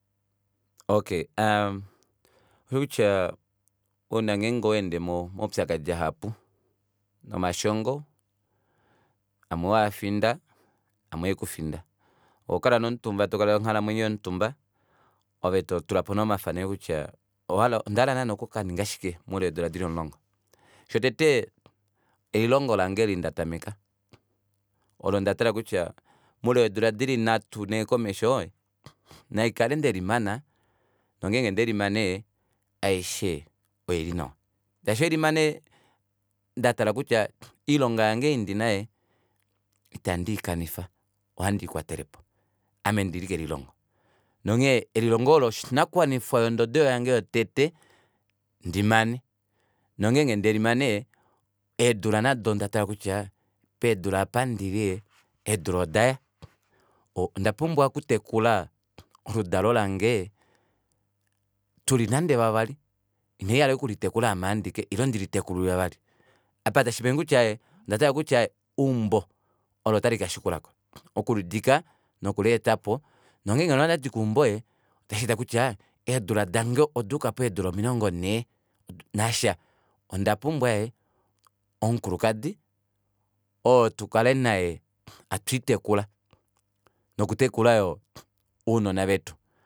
Okey aa oushikutya ouna ngenge oweende momaupyakadi ahapu nomashongo amwe waafinda amwe ekufinda ohokala nee omutumba tokaleke onghalamwenyo yoye omutumba ove totulapo nee omafaneko kutya owahala ondahala naana okukaninga shike moule weedula dili omulongo shotete elilongo lange eli ndatameka olo ndatala kutya moule weedula dili nhatu nhee komesho naikale ndelimana nongeenge ondelimane ee aishe oili nawa shaashi ohalimane ndatala kutya oilonga yange ei ndina ee ita ndiikanifa ohandiikwatelepo ame ndili kelilongo nonghee elilongo olo oshinakuwanifwa olo ondodo yange yotete ndimane nongeenge ndelimane ee eedula nado ondatala kutya peedula aapa ndili eedula odaya ondapumbwa okutekula oludalo lange tuli nande vavali inandihala ashike okulitekula aame andike ile ndilitekule vavali apatashipenge kutya ondatala kutya eumbo olo tali kashikulako okulidika nokuleetapo nongenge nee ondadiki eumbo otasheeta kutya eedula dange odayuka peedula omilongo nhee nasha ondapumbwa ee omukulukadi oo tukale naye atwiitekula nokutekula yoo ounona vetu